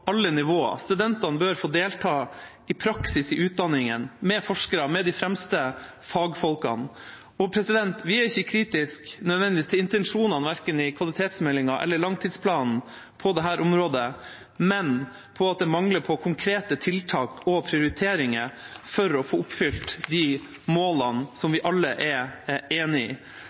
alle nivåer. Studentene bør få delta i praksis i utdanningen, med forskere, med de fremste fagfolkene. Vi er ikke kritiske til nødvendigvis intensjonene – verken i kvalitetsmeldinga eller i langtidsplanen – på dette området, men til at det mangler konkrete tiltak og prioriteringer for å få oppfylt de målene som vi alle er enig i.